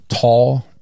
tall